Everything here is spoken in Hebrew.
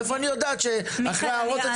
מאיפה אני יודעת שאחרי הערות הציבור --- מיכאל,